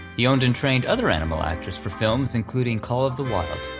he owned and trained other animal actors for films including call of the wild.